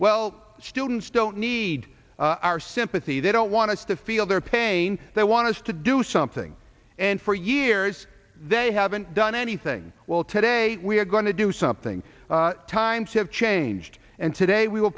well students don't need our sympathy they don't want to feel their pain they want to do something and for years they haven't done anything well today we are going to do something times have changed and today we will